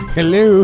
Hello